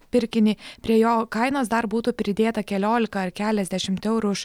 pirkinį prie jo kainos dar būtų pridėta keliolika ar keliasdešimt eurų už